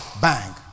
bang